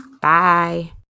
Bye